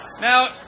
Now